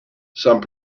some